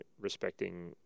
respecting